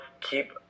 keep